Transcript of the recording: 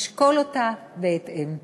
ונשקול אותה בהתאם.